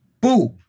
Boo